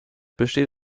besteht